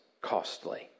costly